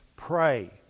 Pray